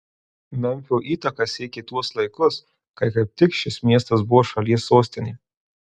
memfio įtaka siekė tuos laikus kai kaip tik šis miestas buvo šalies sostinė